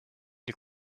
les